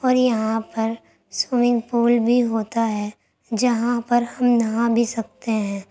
اور یہاں پر سوئمنگ پول بھی ہوتا ہے جہاں پر ہم نہا بھی سکتے ہیں